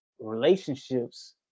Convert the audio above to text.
relationships